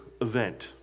event